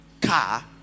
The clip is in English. car